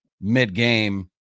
mid-game